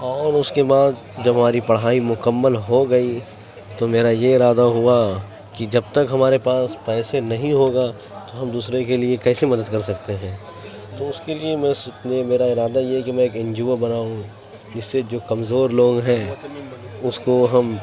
اور اس کے بعد جب ہماری پڑھائی مکمل ہوگئی تو میرا یہ ارادہ ہوا کہ جب تک ہمارے پاس پیسے نہیں ہوگا تو ہم دوسرے کے لیے کیسے مدد کر سکتے ہیں تو اس کے لیے میرا ارادہ یہ ہے کہ میں ایک این جی او بناؤں جس سے جو کمزور لوگ ہیں اس کو ہم